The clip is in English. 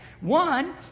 one